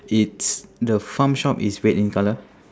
it's the farm shop is red in colour